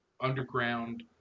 underground